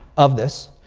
of this.